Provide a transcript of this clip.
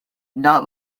not